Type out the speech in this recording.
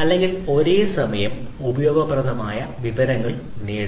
അല്ലെങ്കിൽ ഒരേ സമയം ഉപയോഗപ്രദമായ വിവരങ്ങൾ നേടുക